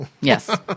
Yes